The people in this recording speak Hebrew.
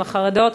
עם החרדות,